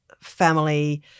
family